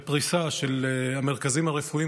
בפריסה של המרכזים הרפואיים,